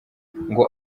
ngo